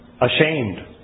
ashamed